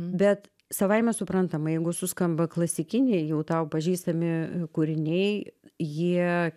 bet savaime suprantama jeigu suskamba klasikiniai jau tau pažįstami kūriniai jie